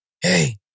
Hey